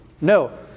No